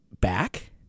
back